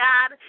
God